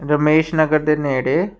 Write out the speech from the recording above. ਰਮੇਸ਼ ਨਗਰ ਦੇ ਨੇੜੇ